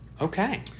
Okay